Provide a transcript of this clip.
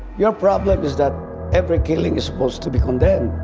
your problem is that every killing is supposed to be condemned.